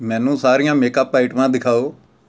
ਮੈਨੂੰ ਸਾਰੀਆਂ ਮੇਕਅਪ ਆਈਟਮਾਂ ਦਿਖਾਓ